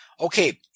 okay